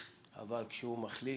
אבל כשהוא מחליט,